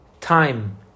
time